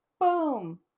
Boom